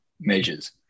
measures